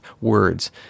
words